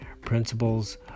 Principles